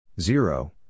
Zero